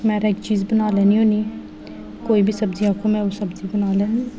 में हर इक चीज़ बनाई लैन्नी हौन्नी कोई बी सब्जी आक्खो में सब्जी बनाई लैन्नी